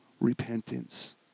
repentance